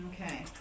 Okay